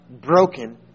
broken